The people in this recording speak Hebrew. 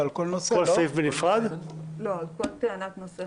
על כל טענת נושא חדש.